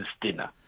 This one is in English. dinner